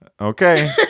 okay